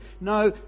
No